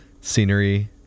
scenery